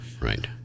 Right